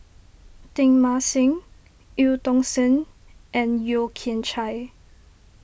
Teng Mah Seng Eu Tong Sen and Yeo Kian Chai